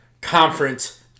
Conference